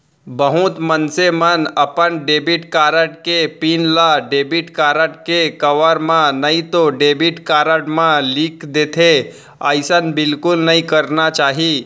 बहुत मनसे मन अपन डेबिट कारड के पिन ल डेबिट कारड के कवर म नइतो डेबिट कारड म लिख देथे, अइसन बिल्कुल नइ करना चाही